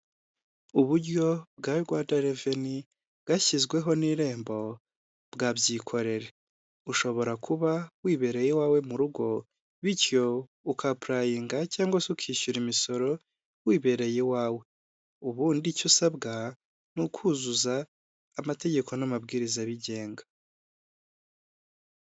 Uburyo bwa Rwanda Reveni, bwashyizweho n'irembo bwa "byikorere" Ushobora kuba wibereye iwawe mu rugo, bityo ukapurayinga cyangwa se ukishyura imisoro, wibereye iwawe. Ubundi icyo usabwa, ni ukuzuza amategeko n'amabwiriza abigenga.